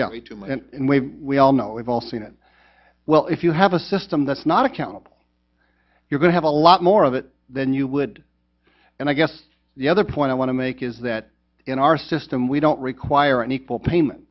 much and we all know we've all seen it well if you have a system that's not accountable you're going have a lot more of it than you would and i guess the other point i want to make is that in our system we don't require an equal payment